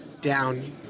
down